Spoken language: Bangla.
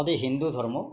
আমাদের হিন্দু ধর্ম